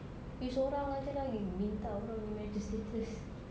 you seorang jer lah pergi minta apa marital status